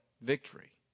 victory